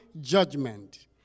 judgment